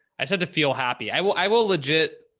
i said to feel happy. i will, i will legit.